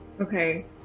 okay